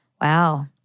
wow